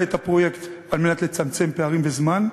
את הפרויקט על מנת לצמצם פערים בזמן,